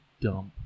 dump